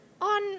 On